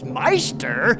meister